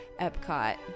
Epcot